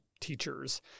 teachers